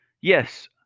Yes